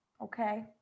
Okay